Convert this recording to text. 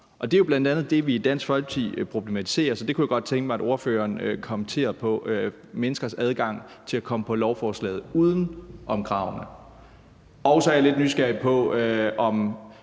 Det er bl.a. det, vi i Dansk Folkeparti problematiserer. Så det kunne jeg godt tænke mig at ordføreren kommenterer på, altså menneskers adgang til at komme på lovforslaget uden om kravene. Og så er jeg lidt nysgerrig på, om